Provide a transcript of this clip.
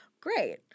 great